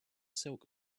silk